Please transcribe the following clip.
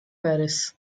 paris